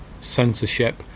censorship